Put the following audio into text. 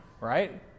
right